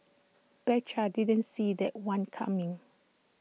betcha didn't see that one coming